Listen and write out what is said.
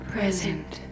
Present